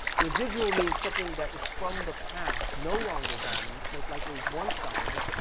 residual means something that is from the past no longer dominant, most likely once dominant,